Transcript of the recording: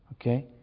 Okay